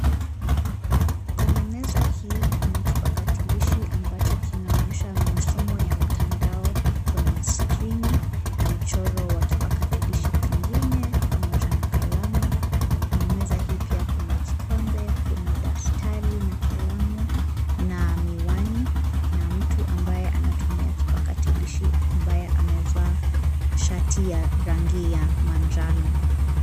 Kwenye meza hii kuna kipakatalishi ambacho kinaonyesha masomo ya mtandao kwenye skrini na mchoro wa kipakatalishi kingine pamoja na kalamu. Kwenye meza hii pia kuna kikombe, kuna daftari na kalamu na miwani na mtu ambaye anatumia kipakatalishi ambaye amevaa shati ya rangi ya manjano.